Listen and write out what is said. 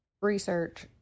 research